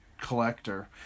collector